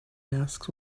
masks